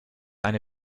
eine